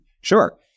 Sure